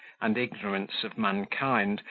and ignorance of mankind,